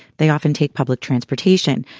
they often take public transportation,